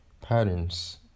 patterns